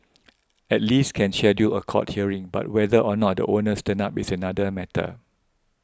at least can schedule a court hearing but whether or not the owners turn up is another matter